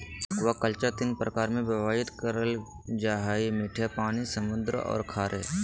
aquaculture तीन प्रकार में विभाजित करल जा हइ मीठे पानी, समुद्री औरो खारे